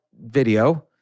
video